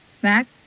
back